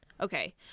okay